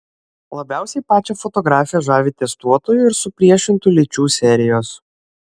labiausiai pačią fotografę žavi testuotojų ir supriešintų lyčių serijos